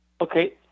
Okay